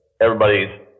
everybody's